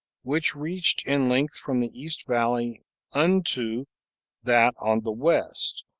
which reached in length from the east valley unto that on the west,